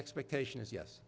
expectation is yes